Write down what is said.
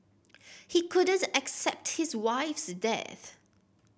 he couldn't accept his wife's death